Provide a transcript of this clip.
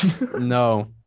No